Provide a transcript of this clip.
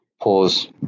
pause